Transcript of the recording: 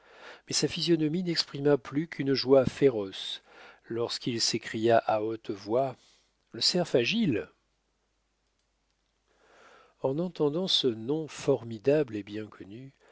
mais sa physionomie n'exprima plus qu'une joie féroce lorsqu'il s'écria à haute voix le cerf agile en entendant ce nom formidable et bien connu